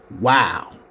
Wow